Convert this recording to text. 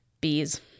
bees